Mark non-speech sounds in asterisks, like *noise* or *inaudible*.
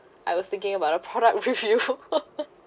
I was thinking about a product with you *laughs*